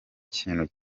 kintu